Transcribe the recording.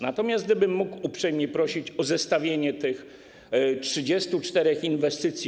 Natomiast gdybym mógł uprzejmie prosić o zestawienie tych 34 inwestycji.